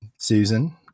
Susan